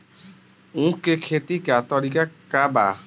उख के खेती का तरीका का बा?